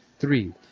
Three